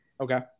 Okay